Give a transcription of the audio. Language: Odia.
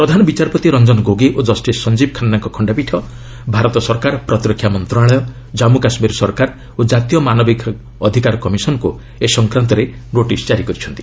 ପ୍ରଧାନ ବିଚାରପତି ରଞ୍ଜନ ଗୋଗୋଇ ଓ ଜଷ୍ଟିସ୍ ସଞ୍ଜୀବ୍ ଖାନ୍ନାଙ୍କ ଖଣ୍ଡପୀଠ ଭାରତ ସରକାର ପ୍ରତିରକ୍ଷା ମନ୍ତ୍ରଣାଳୟ ଜନ୍ମୁ କାଶ୍ମୀର ଓ କାତୀୟ ମାନବାଧିକାର କମିଶନ୍ଙ୍କୁ ଏ ସଂକ୍ରାନ୍ତରେ ନୋଟିସ୍ ଜାରି କରିଛନ୍ତି